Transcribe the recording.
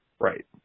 Right